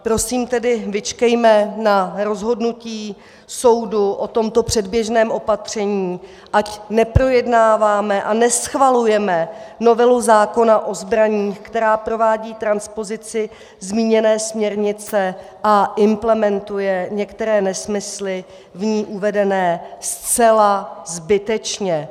Prosím tedy, vyčkejme na rozhodnutí soudu o tomto předběžném opatření, ať neprojednáváme a neschvalujeme novelu zákona o zbraních, která provádí transpozici zmíněné směrnice a implementuje některé nesmysly v ní uvedené, zcela zbytečně.